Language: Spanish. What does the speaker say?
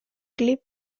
clip